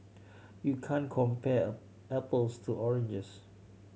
you can't compare apples to oranges